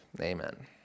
Amen